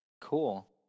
Cool